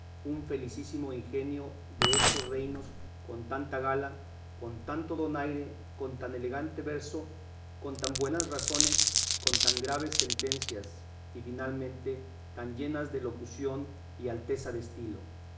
un felicísimo ingenio destos reinos con tanta gala con tanto donaire con tan elegante verso con tan buenas razones con tan graves sentencias y finalmente tan llenas de elocución y alteza de estilo